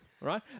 Right